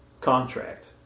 contract